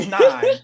nine